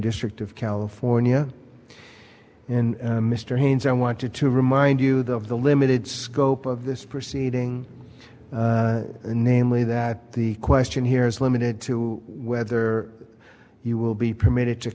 district of california and mr haynes i wanted to remind you though of the limited scope of this proceeding namely that the question here is limited to whether you will be permitted to